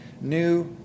new